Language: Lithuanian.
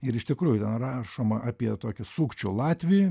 ir iš tikrųjų rašoma apie tokį sukčių latvį